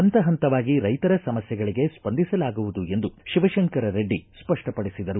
ಹಂತ ಹಂತವಾಗಿ ರೈತರ ಸಮಸ್ಥೆಗಳಿಗೆ ಸ್ವಂದಿಸಲಾಗುವುದು ಎಂದು ಶಿವಶಂಕರ ರೆಡ್ಡಿ ಸ್ಪಷ್ಟ ಪಡಿಸಿದರು